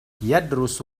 يدرس